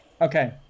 Okay